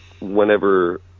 whenever